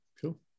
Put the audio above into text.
cool